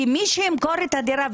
מי שימכור את הדירה,